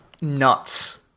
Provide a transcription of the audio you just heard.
nuts